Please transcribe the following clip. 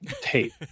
Tape